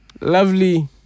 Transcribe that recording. lovely